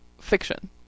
fiction